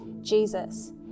Jesus